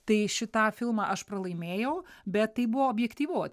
tai šitą filmą aš pralaimėjau bet tai buvo objektyvu